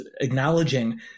acknowledging